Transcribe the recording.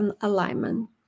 alignment